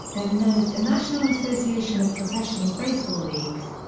then known as the national association of professional baseball leagues.